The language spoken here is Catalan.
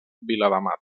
viladamat